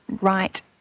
right